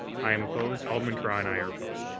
i am opposed. alderman carra and i are opposed.